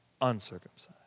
uncircumcised